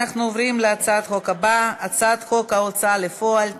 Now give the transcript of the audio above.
אנחנו עוברים להצעת חוק הבאה: הצעת חוק ההוצאה לפועל (תיקון,